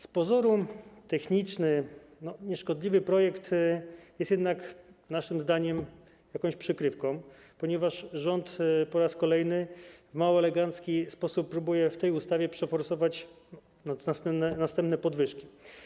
Z pozoru techniczny, nieszkodliwy projekt jest jednak naszym zdaniem jakąś przykrywką, ponieważ rząd po raz kolejny w mało elegancki sposób próbuje w tej ustawie przeforsować następne podwyżki.